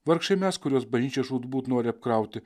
vargšai mes kuriuos bažnyčia žūtbūt nori apkrauti